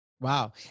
Wow